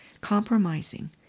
compromising